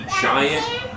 giant